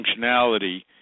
functionality